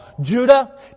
Judah